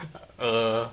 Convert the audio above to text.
err